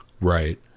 Right